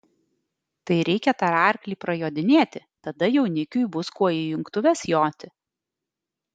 tai reikia tą arklį prajodinėti tada jaunikiui bus kuo į jungtuves joti